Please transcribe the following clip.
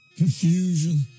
Confusion